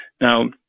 now